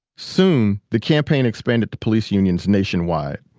soon the campaign expanded to police unions nationwide.